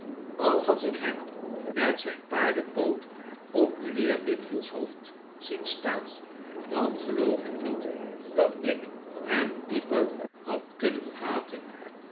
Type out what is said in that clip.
al had ik hem met zijn paardenpoot op mijnheer wickfield's hoofd zien staan dan geloof ik niet dat ik hem dieper had kunnen haten